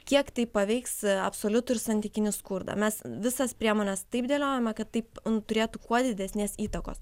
kiek tai paveiks absoliutų ir santykinį skurdą mes visas priemones taip dėliojame kad taip turėtų kuo didesnės įtakos